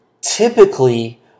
typically –